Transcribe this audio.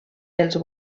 els